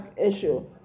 issue